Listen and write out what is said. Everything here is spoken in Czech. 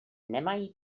nemají